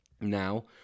Now